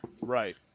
right